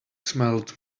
smelled